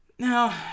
Now